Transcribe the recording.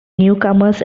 newcomers